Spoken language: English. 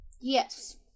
Yes